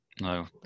No